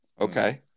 Okay